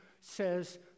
says